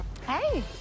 Hey